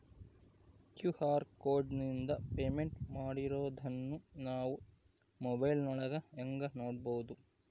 QR ಕೋಡಿಂದ payment ಮಾಡಿರೋದನ್ನ ನಾವು ಮೊಬೈಲಿನೊಳಗ ಹೆಂಗ ನೋಡಬಹುದು?